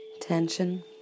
tension